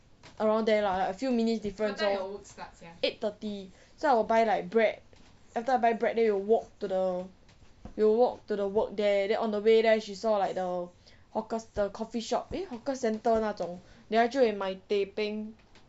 around there lah a few minutes difference lor eight thirty so I will buy like bread after I buy bread then we will walk to the we will walk to the work there then on the way there she saw like the hawker the coffee shop eh hawker centre 那种 then 他就会买 teh peng